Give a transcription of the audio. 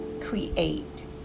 create